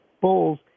bulls